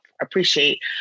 appreciate